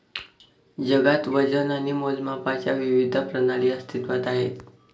जगात वजन आणि मोजमापांच्या विविध प्रणाली अस्तित्त्वात आहेत